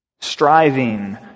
Striving